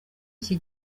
iki